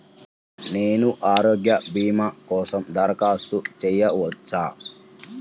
నేను ఆరోగ్య భీమా కోసం దరఖాస్తు చేయవచ్చా?